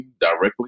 directly